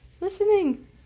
listening